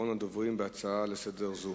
אחרון הדוברים בהצעה לסדר-היום